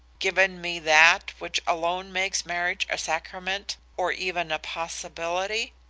given me that which alone makes marriage a sacrament or even a possibility?